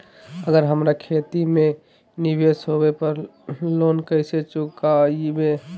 अगर हमरा खेती में निवेस होवे पर लोन कैसे चुकाइबे?